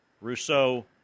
Rousseau